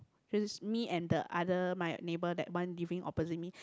which is me and the other my neighbour that one living opposite me